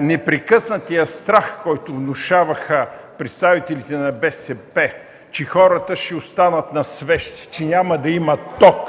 непрекъснатият страх, който внушаваха представителите на БСП, че хората ще останат на свещи, че няма да има ток